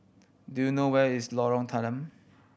do you know where is Lorong Tanggam